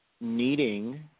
needing